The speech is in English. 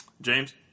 James